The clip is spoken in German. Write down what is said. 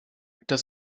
das